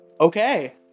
Okay